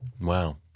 wow